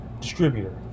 distributor